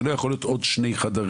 זה לא יכול להיות עוד שני חדרים.